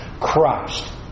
Christ